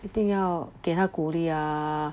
一定要给他鼓励 ah